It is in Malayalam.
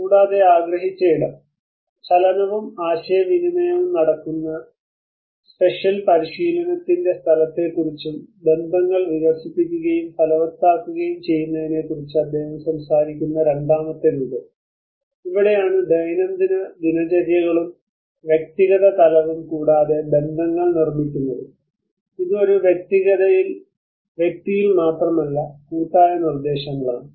കൂടാതെ ആഗ്രഹിച്ച ഇടം ചലനവും ആശയവിനിമയവും നടക്കുന്ന സ്പേഷ്യൽ പരിശീലനത്തിന്റെ സ്ഥലത്തെക്കുറിച്ചും ബന്ധങ്ങൾ വികസിപ്പിക്കുകയും ഫലവത്താക്കുകയും ചെയ്യുന്നതിനെക്കുറിച്ച് അദ്ദേഹം സംസാരിക്കുന്ന രണ്ടാമത്തെ രൂപം ഇവിടെയാണ് ദൈനംദിന ദിനചര്യകളും വ്യക്തിഗത തലവും കൂടാതെ ബന്ധങ്ങൾ നിർമ്മിക്കുന്നതും ഇത് ഒരു വ്യക്തിയിൽ മാത്രമല്ല കൂട്ടായ നിർദ്ദേശങ്ങളാണ്